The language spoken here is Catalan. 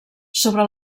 sobre